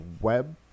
web